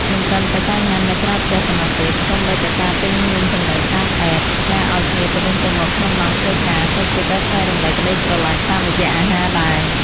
មិនត្រឹមតែការញ៉ាំនៅក្រៅផ្ទះប៉ុណ្ណោះទេ សូម្បីតែការទិញនំចំណីតាម App ផ្ញើឱ្យគ្នាទៅវិញទៅមកក្នុងម៉ោងធ្វើការ ក៏ជាការចែករំលែកក្តីស្រឡាញ់តាមរយៈអាហារដែរ។